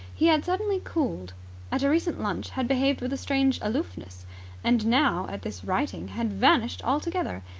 he had suddenly cooled at a recent lunch had behaved with a strange aloofness and now, at this writing, had vanished altogether,